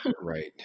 Right